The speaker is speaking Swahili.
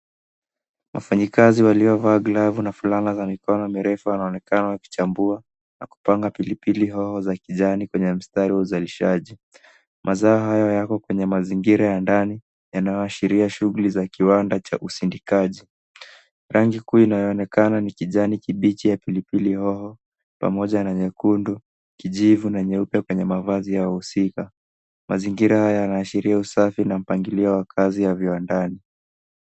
Wafanyikazi waliovaa glavu na fulana za mikono mirefu wanaonekana wakichambua na kupanga pilipilihoho za kijani kwenye mstari wa uzalishaji. Mazao hayo yako kwenye mazingira ya ndani yanayoashiria shughuli za kiwanda cha usindikaji. Rangi kuu inayoonkenaa ni kijani kibichi ya pilipilihoho pamoja na nyekundu, kijivu na nyeupe kwenye mavazi ya wahusika. Mazingira haya yanaashiria usafi na mpangilio wa kazi ya viwandani.